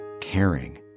caring